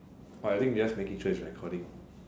oh I think they just making sure it's recording